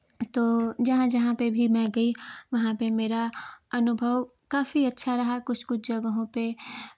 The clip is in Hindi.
तो जहाँ जहाँ पे भी मैं गई वहाँ पे मेरा अनुभव काफ़ी अच्छा रहा कुछ कुछ जगहों पे